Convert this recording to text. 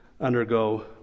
undergo